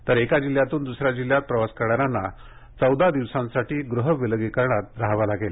तर एका जिल्ह्यातून दुसऱ्या जिल्ह्यात प्रवास करणाऱ्यांना चौदा दिवसांसाठी गृह विलगीकरणात रहावं लागेल